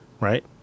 right